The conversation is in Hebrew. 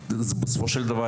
בסופו של דבר,